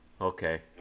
Okay